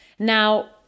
Now